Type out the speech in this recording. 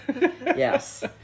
yes